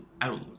outlook